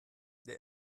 der